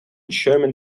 sherman